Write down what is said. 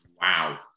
Wow